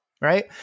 Right